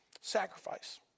Sacrifice